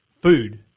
Food